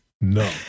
No